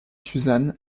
suzanne